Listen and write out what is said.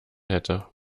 hätte